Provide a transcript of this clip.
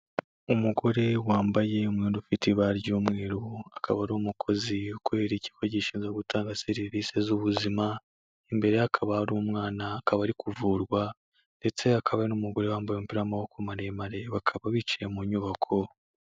Umugore wambaye umwenda ufite ibara ry'umweru, akaba ari umukozi kubera ikigo gishinzwe gutanga serivise z'ubuzima, imbere ye hakaba hari umwana akaba ari kuvurwa ndetse hakaba n'umugore wambaye umupira w'amaboko maremare, bakaba bicaye mu nyubako.